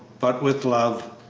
but with love,